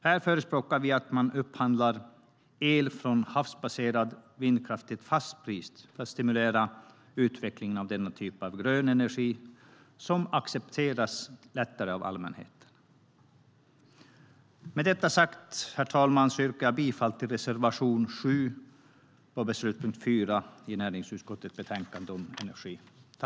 Här förespråkar vi att man upphandlar el från havsbaserad vindkraft till ett fast pris för att stimulera utvecklingen av denna typ av grön energi, som accepteras lättare av allmänheten.